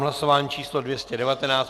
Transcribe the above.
Hlasování číslo 219.